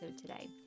today